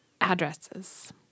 addresses